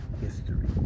history